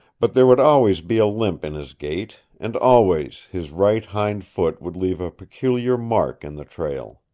but there would always be a limp in his gait, and always his right hind-foot would leave a peculiar mark in the trail.